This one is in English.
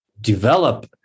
develop